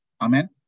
Amen